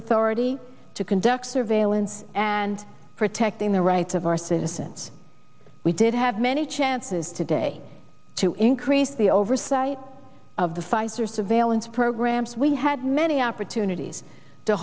authority to conduct surveillance and protecting the rights of our citizens we did have many chances today to increase the oversight of the fighter surveillance programs we had many opportunities to